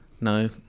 No